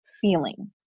feeling